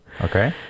Okay